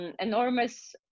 enormous